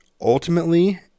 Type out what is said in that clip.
ultimately